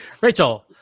Rachel